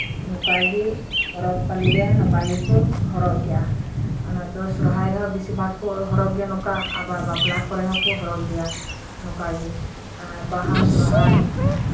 ᱱᱚᱝᱠᱟ ᱜᱮ ᱯᱚᱨᱚᱵᱼᱯᱟᱞᱤ ᱨᱮ ᱱᱚᱝᱠᱟ ᱜᱮᱠᱚ ᱦᱚᱨᱚᱜᱽ ᱨᱮᱭᱟ ᱚᱱᱟ ᱫᱚ ᱥᱚᱨᱦᱟᱭ ᱨᱮᱦᱚᱸ ᱵᱤᱥᱤᱨ ᱵᱷᱟᱜᱽ ᱠᱚ ᱦᱚᱨᱚᱜᱽ ᱜᱮᱭᱟ ᱱᱚᱝᱠᱟ ᱟᱵᱟᱨ ᱵᱟᱯᱞᱟ ᱠᱚᱨᱮ ᱦᱚᱸᱠᱚ ᱦᱚᱨᱚᱜᱽ ᱜᱮᱭᱟ ᱱᱚᱝᱠᱟ ᱮᱸᱜ ᱵᱟᱦᱟ ᱥᱚᱨᱦᱟᱭ